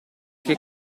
che